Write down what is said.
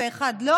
חוק ומשפט תדון